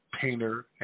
painter